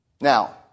Now